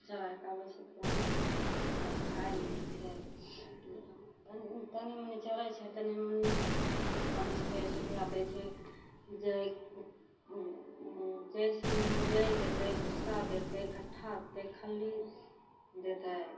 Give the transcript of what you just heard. चरैके आबै छै पानी पिलबै छै तब खाइ ले दै छै तनि मनि चरै छै तनि मनिमे कम छलै छै तऽ ओकरा दै छै जइ समयमे जइ देतै भुस्सा देतै घट्ठा देतै खल्ली देतै